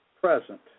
present